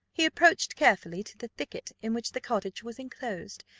he approached carefully to the thicket in which the cottage was enclosed,